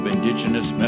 Indigenous